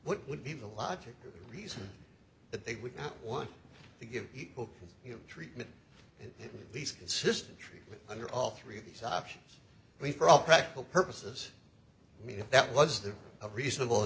what would be the logical reason that they would not want to give equal treatment at least consistent treatment under all three of these options we for all practical purposes mean if that was the a reasonable